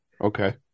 Okay